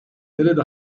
nerede